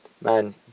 Man